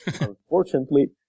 Unfortunately